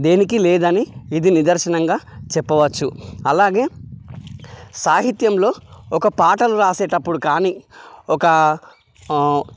దేనికీ లేదని ఇది నిదర్శనంగా చెప్పవచ్చు అలాగే సాహిత్యంలో ఒక పాటలు రాసేటప్పుడు కానీ ఒక